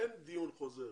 אין דיון חוזר.